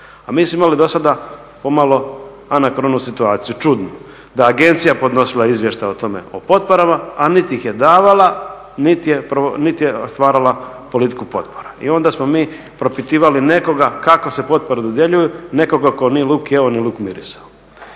A mi smo imali do sada pomalo anakronu situaciju, čudnu da je agencija podnosila izvještaj o tome o potporama a niti ih je davala, niti je stvarala politiku potpora. I onda smo mi propitivali nekoga kako se potpore dodjeljuju, nekoga tko nije luk jeo ni luk mirisao.